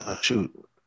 Shoot